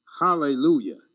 Hallelujah